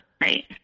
Right